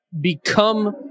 become